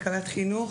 חינוך,